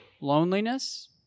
loneliness